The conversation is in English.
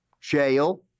jail